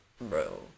Bro